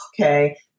okay